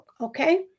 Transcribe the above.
Okay